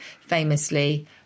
famously